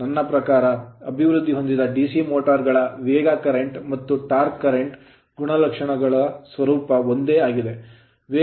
ನನ್ನ ಪ್ರಕಾರ ಅಭಿವೃದ್ಧಿಹೊಂದಿದ DC ಮೋಟರ್ ಗಳ ವೇಗ current ಕರೆಂಟ್ ಮತ್ತು ಟಾರ್ಕ್ current ಕರೆಂಟ್ ಗುಣಲಕ್ಷಣಗಳ ಸ್ವರೂಪವು ಒಂದೇ ಆಗಿದೆ